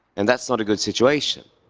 and that's not a good situation.